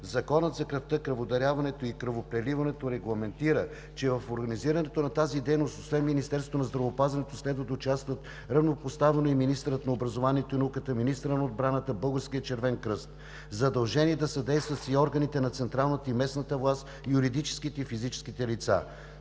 Законът за кръвта, кръводаряването и кръвопреливането регламентира, че в организирането на тази дейност, освен Министерството на здравеопазването, следва да участват равнопоставено и министърът на образованието и науката, министърът на отбраната, Българският червен кръст. Задължени да съдействат са и органите на централната и местната власт, юридическите и физическите лица.